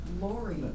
Lori